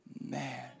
Man